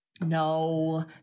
No